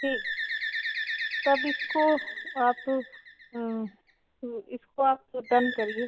ठीक तब इसको आप इसको आप डन करिए